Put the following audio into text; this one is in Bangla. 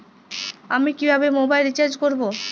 আমি কিভাবে মোবাইল রিচার্জ করব?